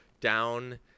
down